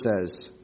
says